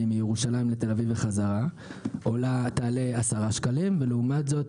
מירושלים לתל אביב וחזרה היא 10 שקלים ולעומת זאת